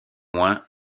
moins